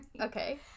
Okay